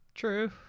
true